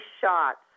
shots